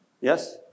Yes